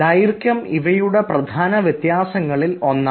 ദൈർഘ്യം ഇവയുടെ പ്രധാന വ്യത്യാസങ്ങളിൽ ഒന്നാണ്